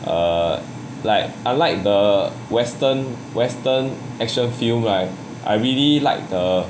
err like unlike the western western action film right I really like the